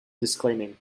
disclaiming